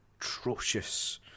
atrocious